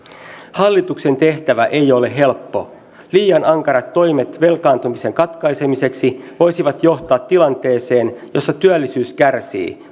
hallituksen tehtävä ei ole helppo liian ankarat toimet velkaantumisen katkaisemiseksi voisivat johtaa tilanteeseen jossa työllisyys kärsii